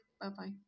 Bye-bye